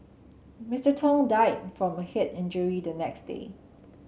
Mister Tong died from a head injury the next day